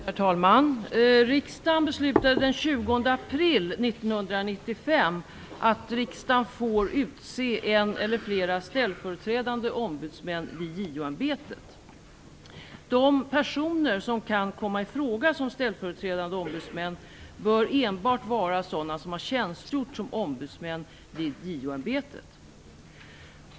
Herr talman! Riksdagen beslutade den 20 april 1995 att riksdagen får utse en eller flera ställföreträdande ombudsmän vid JO-ämbetet. De personer som kan komma i fråga som ställföreträdande ombudsmän bör enbart vara sådana som har tjänstgjort som ombudsmän vid JO-ämbetet.